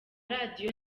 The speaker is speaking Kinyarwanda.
radio